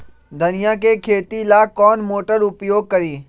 धनिया के खेती ला कौन मोटर उपयोग करी?